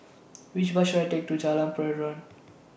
Which Bus should I Take to Jalan Peradun